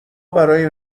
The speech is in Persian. برای